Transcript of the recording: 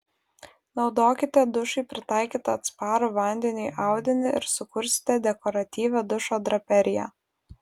naudokite dušui pritaikytą atsparų vandeniui audinį ir sukursite dekoratyvią dušo draperiją